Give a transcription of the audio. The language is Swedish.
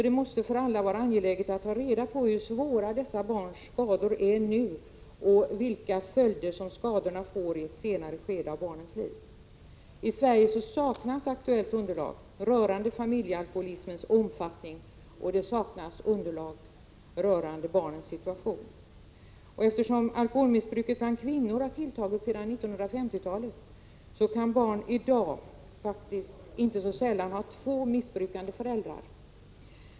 Det måste vara angeläget för alla att ta reda på hur svåra dessa barns skador är nu och vilka följder som skadorna får i ett senare skede i barnens liv. I Sverige saknas aktuellt underlag rörande föräldraalkoholismens omfattning och barnens situation. Eftersom alkoholmissbruket bland kvinnor har tilltagit sedan 1950-talet kan det i dag inte så sällan inträffa att barn har två missbrukande föräldrar.